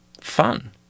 fun